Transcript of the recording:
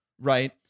Right